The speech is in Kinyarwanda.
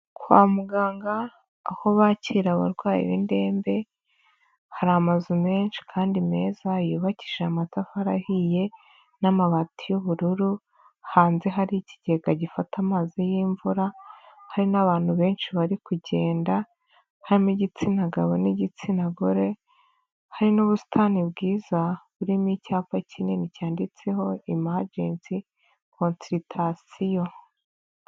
Kwa muganga aho bakira abarwayi b'indembe, hari amazu menshi kandi meza yubakishije amatafari ahiye n'amabati y'ubururu, hanze hari ikigega gifata amazi y'imvura, hari n'abantu benshi bari kugenda harimo igitsina gabo n'igitsina gore, hari n'ubusitani bwiza burimo icyapa kinini cyanditseho emergency consultations.